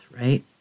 right